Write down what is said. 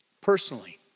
Personally